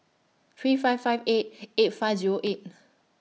three five five eight eight five Zero eight